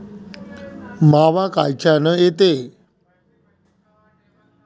मावा कायच्यानं येते?